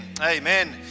Amen